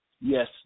Yes